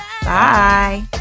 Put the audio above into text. Bye